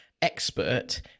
Expert